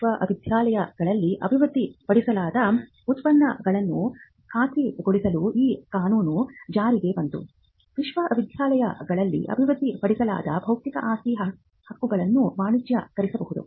ವಿಶ್ವವಿದ್ಯಾಲಯಗಳಲ್ಲಿ ಅಭಿವೃದ್ಧಿಪಡಿಸಲಾದ ಉತ್ಪನ್ನಗಳನ್ನು ಖಾತ್ರಿಗೊಳಿಸಲು ಈ ಕಾನೂನು ಜಾರಿಗೆ ಬಂತು ವಿಶ್ವವಿದ್ಯಾಲಯಗಳಲ್ಲಿ ಅಭಿವೃದ್ಧಿಪಡಿಸಲಾದ ಬೌದ್ಧಿಕ ಆಸ್ತಿ ಹಕ್ಕುಗಳನ್ನು ವಾಣಿಜ್ಯೀಕರಿಸಬಹುದು